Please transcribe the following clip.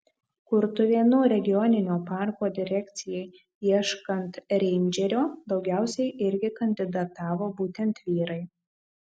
kurtuvėnų regioninio parko direkcijai ieškant reindžerio daugiausiai irgi kandidatavo būtent vyrai